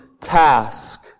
task